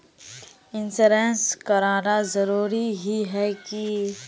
Insurance कराना जरूरी ही है की?